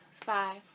five